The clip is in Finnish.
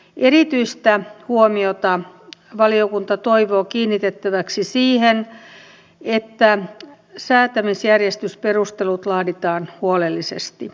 erityistä huomiota valiokunta toivoo kiinnitettäväksi siihen että säätämisjärjestysperustelut laaditaan huolellisesti